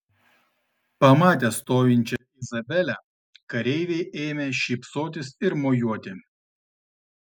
pamatę stovinčią izabelę kareiviai ėmė šypsotis ir mojuoti